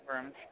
rooms